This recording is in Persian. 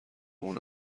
مونه